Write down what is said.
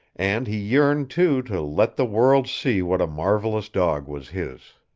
and he yearned, too, to let the world see what a marvelous dog was his.